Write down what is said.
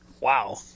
Wow